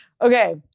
Okay